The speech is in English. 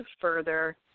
further